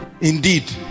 Indeed